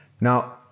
Now